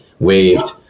waved